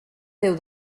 déu